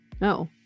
No